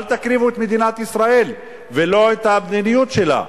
אל תקריבו את מדינת ישראל ולא את המדיניות שלה.